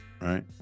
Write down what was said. right